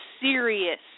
serious